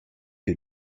two